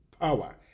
power